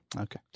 Okay